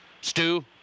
Stu